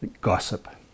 gossip